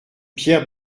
pierre